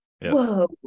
whoa